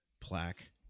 plaque